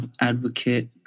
advocate